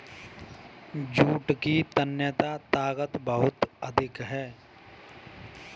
jute की तन्यता ताकत बहुत अधिक है